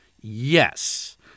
yes